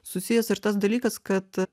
susijęs ir tas dalykas kad